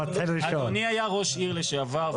אדוני היה ראש עיר לשעבר,